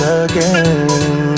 again